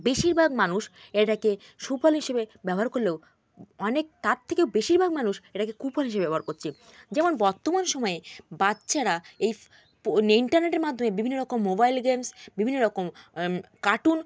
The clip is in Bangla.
বেশিরভাগ মানুষ এটাকে সুফল হিসেবে ব্যবহার করলেও অনেক তার থেকেও বেশিরভাগ মানুষ এটাকে কুফল হিসেবে ব্যবহার করছে যেমন বর্তমান সময়ে বাচ্চারা এই ইন্টারনেটের মাধ্যমে বিভিন্ন রকম মোবাইল গেমস বিভিন্ন রকম কার্টুন